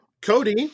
Cody